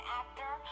actor